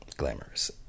Glamorous